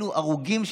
אלה הרוגים,